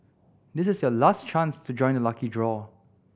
this is your last chance to join the lucky draw